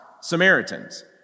Samaritans